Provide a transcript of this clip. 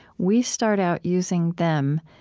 we start out using them,